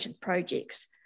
projects